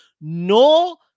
No